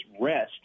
rest